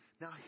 Now